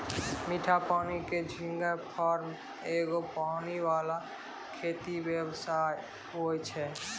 मीठा पानी के झींगा फार्म एगो पानी वाला खेती व्यवसाय हुवै छै